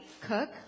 cook